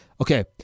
Okay